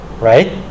right